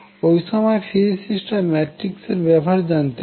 ওই সময় ফিজিসিস্টরা ম্যাট্রিক্স এর ব্যবহার জানতেন না